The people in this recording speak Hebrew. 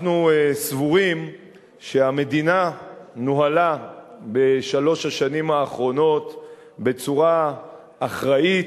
אנחנו סבורים שהמדינה נוהלה בשלוש השנים האחרונות בצורה אחראית,